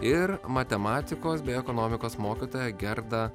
ir matematikos bei ekonomikos mokytoja gerda